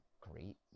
great